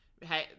hey